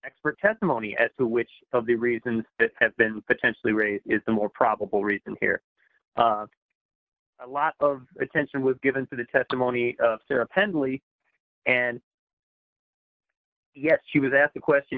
expert testimony as to which of the reasons that have been potentially raise is the more probable reason here a lot of attention was given to the testimony of sara pendley and yes she was asked the question